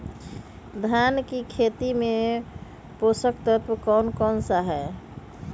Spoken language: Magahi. धान की खेती में पोषक तत्व कौन कौन सा है?